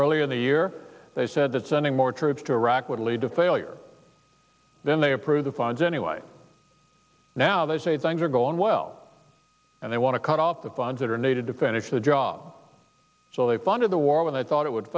earlier in the year they said that sending more troops to iraq would lead to failure then they approve the funds anyway now they say things are going well and they want to cut off the funds that are needed to finish the job so they funded the war when they thought it would